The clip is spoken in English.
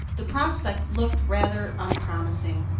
the prospect looked rather unpromising.